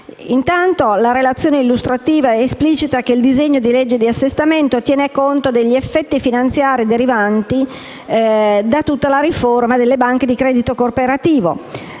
luogo, la relazione illustrativa esplicita che il disegno di legge di assestamento tiene conto degli effetti finanziari derivanti da tutta la riforma delle banche di credito cooperativo,